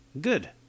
Good